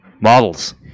Models